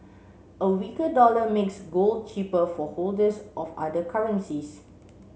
a weaker dollar makes gold cheaper for holders of other currencies